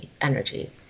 energy